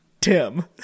Tim